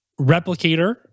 replicator